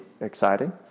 exciting